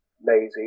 lazy